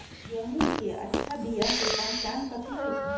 गेंहू के अच्छा बिया के पहचान कथि हई?